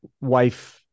wife